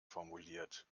formuliert